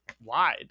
wide